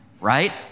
right